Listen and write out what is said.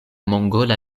mongola